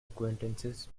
acquaintances